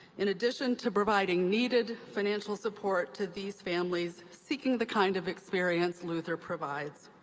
in addition to providing needed financial support to these families seeking the kind of experience luther provides.